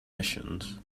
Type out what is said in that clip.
missions